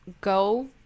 go